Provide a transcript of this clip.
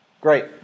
great